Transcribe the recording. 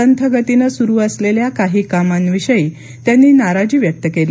संथ गतीने सुरू असलेल्या काही कामांविषयी त्यांनी नाराजी व्यक्त केली